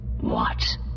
What